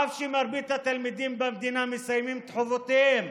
אף שמרבית התלמידים במדינה מסיימים את חובותיהם